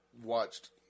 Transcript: watched